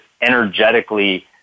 energetically